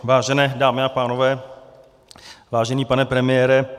Vážené dámy a pánové, vážený pane premiére.